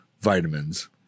vitamins